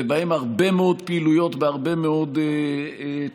ובהם הרבה מאוד פעילויות בהרבה מאוד תחומים.